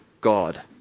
God